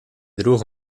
droeg